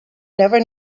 never